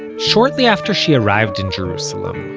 shortly after she arrived in jerusalem,